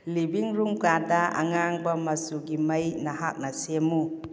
ꯂꯤꯕꯤꯡ ꯔꯨꯝ ꯀꯥꯗ ꯑꯉꯥꯡꯕ ꯃꯆꯨꯒꯤ ꯃꯩ ꯅꯍꯥꯛꯅ ꯁꯦꯝꯃꯨ